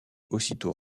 aussitôt